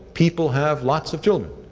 people have lots of children.